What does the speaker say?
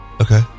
Okay